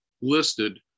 listed